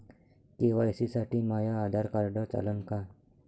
KYC साठी माह्य Aadhaar card चालन का?